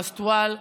מאסטוואל,